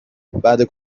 بعده